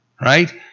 right